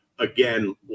Again